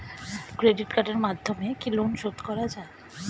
Credit কার্ডের মাধ্যমে কি লোন শোধ করা যায়?